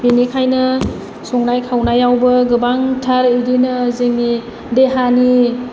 बेनिखायनो संनाय खावनायावबो गोबांथार बिदिनो जोंनि देहानि